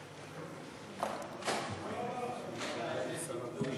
כן, אדוני.